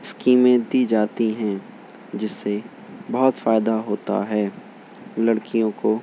اسکیمیں دی جاتی ہیں جس سے بہت فائدہ ہوتا ہے لڑکیوں کو